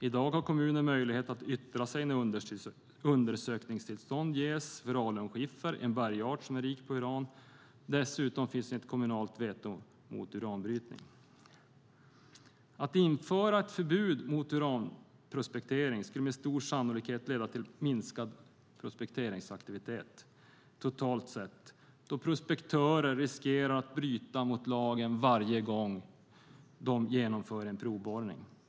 I dag har kommuner möjlighet att yttra sig när undersökningstillstånd ges för alunskiffer, en bergart som är rik på uran. Dessutom finns ett kommunalt veto mot uranbrytning. Att införa ett förbud mot prospektering av uran skulle med stor sannolikhet leda till minskad prospekteringsaktivitet totalt sett, då prospektörer riskerar att bryta mot lagen varje gång de genomför en provborrning.